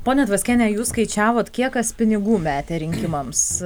ponia tvaskiene jūs skaičiavot kiek kas pinigų metė rinkimams